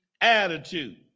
attitude